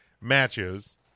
matches